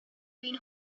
been